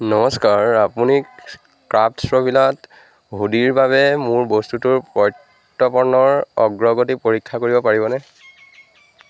নমস্কাৰ আপুনি ক্ৰাফ্টছভিলাত হুডিৰ বাবে মোৰ বস্তুটোৰ প্ৰত্যাপনৰ অগ্ৰগতি পৰীক্ষা কৰিব পাৰিবনে